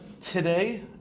today